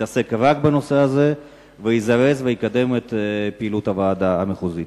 שיתעסק רק בנושא הזה ויזרז ויקדם את פעילות הוועדה המחוזית.